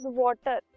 water